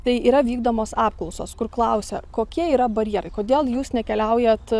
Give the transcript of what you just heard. tai yra vykdomos apklausos kur klausia kokie yra barjerai kodėl jūs nekeliaujat